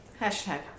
#hashtag